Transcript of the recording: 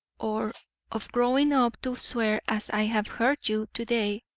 or of growing up to swear as i have heard you to-day,